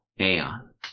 aeon